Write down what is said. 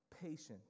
patience